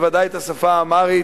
ודאי את השפה האמהרית,